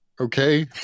okay